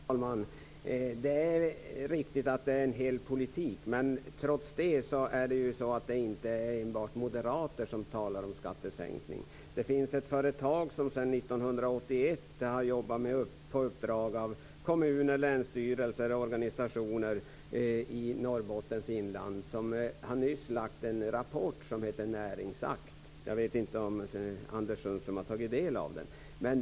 Herr talman! Det är riktigt att det är fråga om en hel politik. Men det är inte enbart moderater som talar om skattesänkning. Det finns ett företag som sedan 1981 har jobbat med uppdrag för kommuner, länsstyrelser och organisationer i Norrbottens inland som nyss har lagt fram en rapport, Näringsakt. Jag vet inte om Anders Sundström har tagit del av den.